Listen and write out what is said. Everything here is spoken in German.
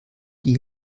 die